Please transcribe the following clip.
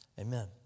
amen